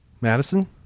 Madison